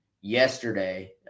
yesterday